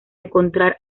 encontrar